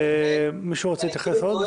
מישהו רוצה להתייחס עוד?